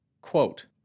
Quote